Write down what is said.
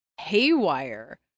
Haywire